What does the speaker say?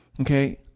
Okay